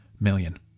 million